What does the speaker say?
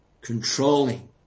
controlling